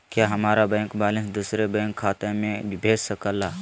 क्या हमारा bank balance दूसरे बैंक खाता में भेज सके ला?